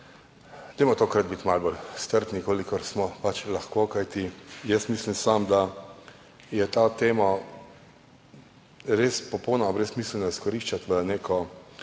dajmo tokrat biti malo bolj strpni, kolikor smo pač lahko. Kajti sam mislim, da je to temo res popolnoma brezsmiselno izkoriščati v neke